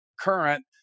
current